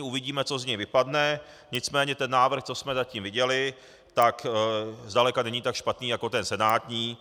Uvidíme, co z něj vypadne, nicméně návrh, co jsme zatím viděli, zdaleka není tak špatný jako ten senátní.